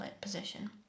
position